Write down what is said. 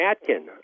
Atkin